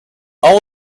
all